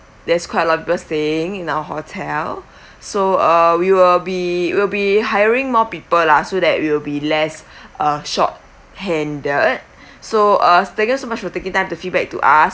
there's quite a lot of people staying in our hotel so uh we will be will be hiring more people lah so that we will be less uh short handed so uh thank you so much for taking time to feedback to us